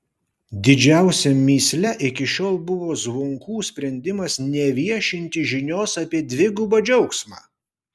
didžiausia mįsle iki šiol buvo zvonkų sprendimas neviešinti žinios apie dvigubą džiaugsmą